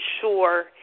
sure